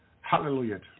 Hallelujah